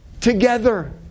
together